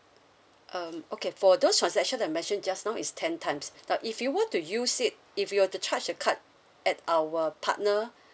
um okay for those transaction that I mention just now is ten times but if you want to use it if you were to charge the card at our partner